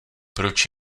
proč